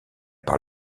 par